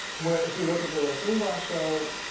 where if you look at the rush limbaugh show,